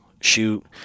shoot